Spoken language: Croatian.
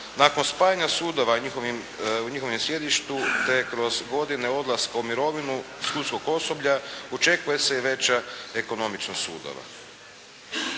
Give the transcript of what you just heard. Nakon spajanja sudova u njihovom sjedištu te kroz godine odlaska u mirovinu sudskog osoblja očekuje se i veća ekonomičnost sudova.